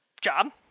job